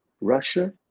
Russia